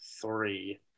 Three